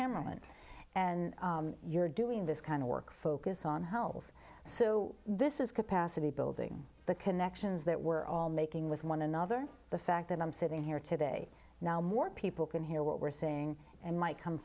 hammond and you're doing this kind of work focus on health so this is capacity building the connections that we're all making with one another the fact that i'm sitting here today now more people can hear what we're saying and might come